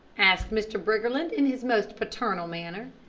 asked mr. briggerland in his most paternal manner.